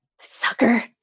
Sucker